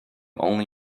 only